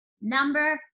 Number